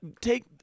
take